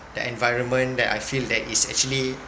the environment that I feel that it's actually